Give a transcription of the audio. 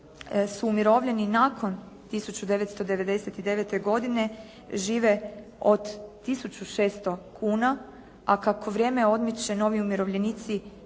su umirovljeni nakon 1999. godine žive od 1.600,00 kuna, a kako vrijeme odmiče novi umirovljenici